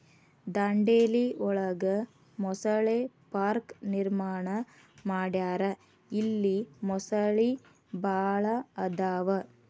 ದಾಂಡೇಲಿ ಒಳಗ ಮೊಸಳೆ ಪಾರ್ಕ ನಿರ್ಮಾಣ ಮಾಡ್ಯಾರ ಇಲ್ಲಿ ಮೊಸಳಿ ಭಾಳ ಅದಾವ